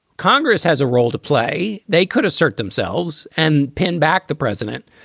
congress has a role to play. they could assert themselves and pinback the president.